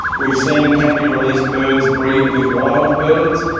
we've seen captive released birds breed with wild birds,